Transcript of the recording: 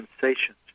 sensations